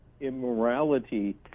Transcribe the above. immorality